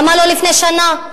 למה לא לפני שנה?